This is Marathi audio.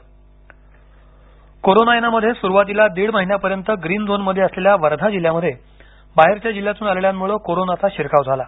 वर्धा कोरोनायनामध्ये सुरुवातीला दीड महिन्यापर्यंत ग्रीन झोनमध्ये असलेल्या वर्धा जिल्ह्यामध्ये बाहेरच्या जिल्ह्यातून आलेल्यांमुळे कोरोनाचा शिरकाव झाला